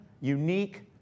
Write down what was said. unique